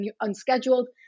unscheduled